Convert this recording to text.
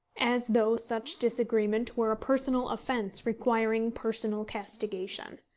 as though such disagreement were a personal offence requiring personal castigation.